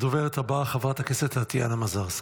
הדוברת הבאה, חברת הכנסת טטיאנה מזרסקי.